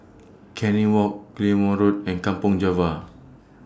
Canning Walk Claymore Road and Kampong Java